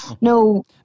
no